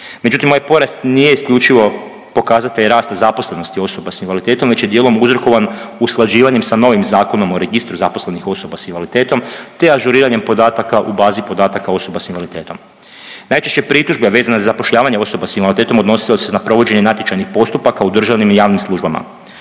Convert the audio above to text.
Međutim ovaj porast nije isključivo pokazatelj rasta zaposlenosti osoba s invaliditetom već je dijelom uzrokovan usklađivanjem sa novim Zakonom o registru zaposlenih osoba s invaliditetom te ažuriranjem podataka u bazi podataka osoba s invaliditetom. Najčešće pritužbe vezane za zapošljavanje osoba s invaliditetom, odnosilo se na provođenje natječajnih postupaka u državnim i javnim službama.